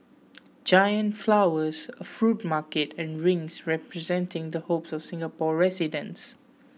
giant flowers a fruit market and rings representing the hopes of Singapore residents